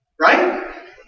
Right